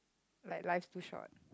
like life's too short